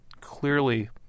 clearly